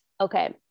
Okay